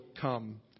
come